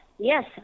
yes